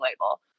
label